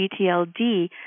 GTLD